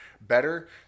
better